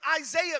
Isaiah